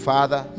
Father